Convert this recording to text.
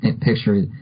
picture